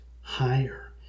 higher